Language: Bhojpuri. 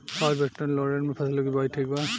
साउथ वेस्टर्न लोलैंड में फसलों की बुवाई ठीक बा?